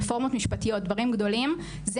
רפורמות משפטיות ודברים גדולים זה